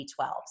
B12